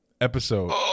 Episode